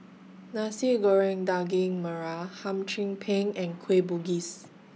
Nasi Goreng Daging Merah Hum Chim Peng and Kueh Bugis